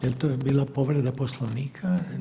Jel' to je bila povreda Poslovnika?